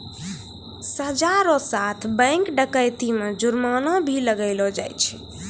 सजा रो साथ बैंक डकैती मे जुर्माना भी लगैलो जाय छै